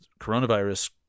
coronavirus